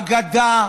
אגדה